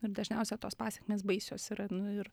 ir dažniausia tos pasekmės baisiosyra nu ir